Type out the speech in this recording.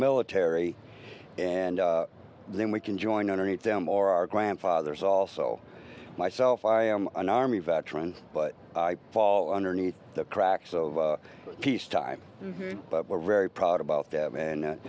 military and then we can join underneath them or our grandfathers also myself i am an army veteran but fall underneath the cracks of peacetime but we're very proud about that and